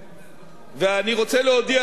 אני רוצה להודיע לכנסת,